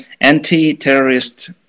anti-terrorist